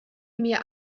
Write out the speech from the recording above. mir